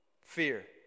fear